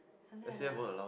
something like that lah